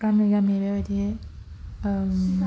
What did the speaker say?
गामि गामि बेबादि